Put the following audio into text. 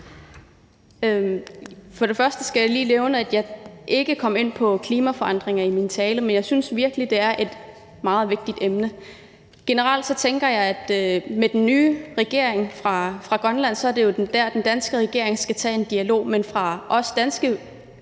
(SIU): Først skal jeg lige nævne, at jeg ikke kom ind på klimaforandringer i min tale, men jeg synes virkelig, det er et meget vigtigt emne. Generelt tænker jeg, at det er med den nye regering i Grønland, at den danske regering skal tage en dialog. Men dialogen